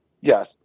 yes